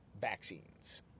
vaccines